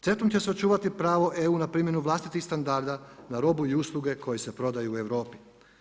CETA-om će se očuvati pravo EU na primjenu vlastitih standarda na robu i usluge koje se prodaju u Europi.